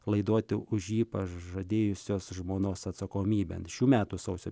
laiduoti už jį pažadėjusios žmonos atsakomybėn šių metų sausio